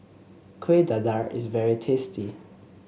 Kuih Dadar is very tasty